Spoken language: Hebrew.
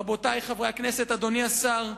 רבותי חברי הכנסת, אדוני השר,